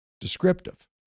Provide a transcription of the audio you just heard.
descriptive